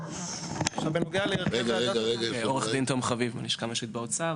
עו"ד תום חביב, מהלשכה המשפטית באוצר.